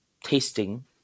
tasting